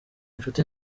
inshuti